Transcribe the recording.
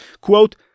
quote